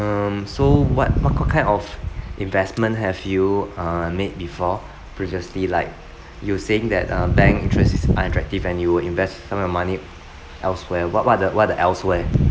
um so what what k~ what kind of investment have you um made before previously like you were saying that uh bank interest is unattractive and you will invest some of your money elsewhere what what are the what are the elsewhere